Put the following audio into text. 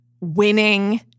winning